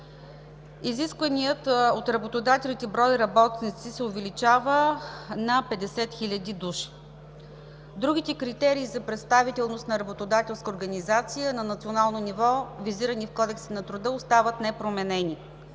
Изискваният от работодателите брой работници се увеличава на 50 хил. души. Другите критерии за представителност на работодателските организации на национално ниво, визирани в Кодекса на труда, остават непроменени.